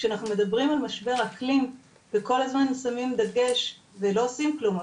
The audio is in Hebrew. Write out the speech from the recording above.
כשאנחנו מדברים על משבר אקלים וכל הזמן שמים דגש ולא עושים כלום,